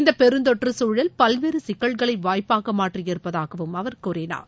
இந்த பெருந்தொற்று சூழல் பல்வேறு சிக்கல்களை வாய்ப்பாக மாற்றி இருப்பதாகவும் அவர் கூறினார்